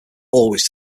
always